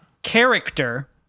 character